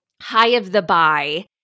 high-of-the-buy